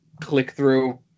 click-through